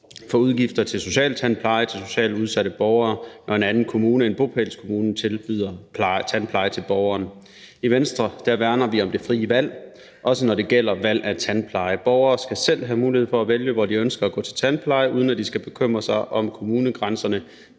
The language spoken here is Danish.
for udgifter til socialtandpleje til socialt udsatte borgere, når en anden kommune end bopælskommunen tilbyder tandpleje til borgeren. I Venstre værner vi om det frie valg, også når det gælder valg af tandpleje. Borgerne skal selv have mulighed for at vælge, hvor de ønsker at gå til tandpleje, uden at de skal bekymre sig om kommunegrænserne.